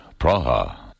Praha